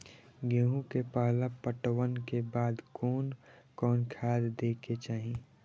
गेहूं के पहला पटवन के बाद कोन कौन खाद दे के चाहिए?